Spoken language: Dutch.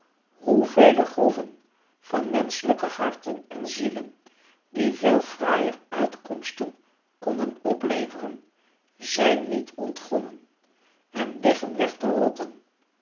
hoevele groeven van menschelijke harten en zielen die veel fraaier uitkomsten konden opleveren zijn niet ontgonnen en liggen weg te rotten